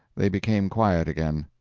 they became quiet again.